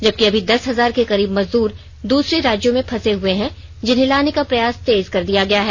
जबकि अभी दस हजार के करीब मजदूर दूसरे राज्यों में फंसे हुये हैं जिन्हें लाने का प्रयास तेज कर दिया गया है